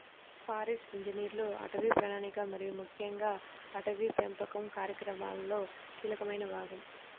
forest ఇంజనీర్లు అటవీ ప్రణాళిక మరియు ముఖ్యంగా అటవీ పెంపకం కార్యకలాపాలలో కీలకమైన భాగం